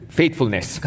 faithfulness